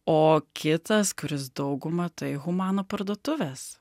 o kitas kuris dauguma tai humana parduotuvės